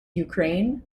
ukraine